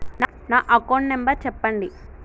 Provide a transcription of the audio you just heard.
నా account number చెప్పండి?